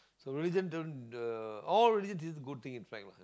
so religion don't uh all religion is a good thing in fact lah